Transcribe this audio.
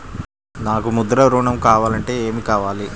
నాకు ముద్ర ఋణం కావాలంటే ఏమి కావాలి?